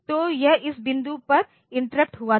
तो यह इस बिंदु पर इंटरप्ट हुआ था